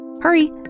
Hurry